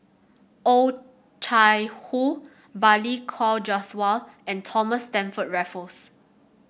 Oh Chai Hoo Balli Kaur Jaswal and Thomas Stamford Raffles